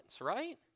right